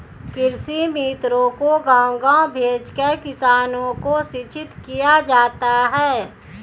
कृषि मित्रों को गाँव गाँव भेजकर किसानों को शिक्षित किया जाता है